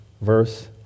verse